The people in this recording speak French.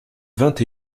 vingt